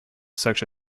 such